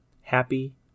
Happy